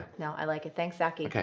no, i like it. thanks, zachy,